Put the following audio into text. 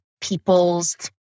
people's